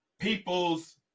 people's